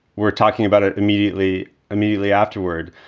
we're talking about it immediately, immediately afterward.